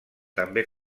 també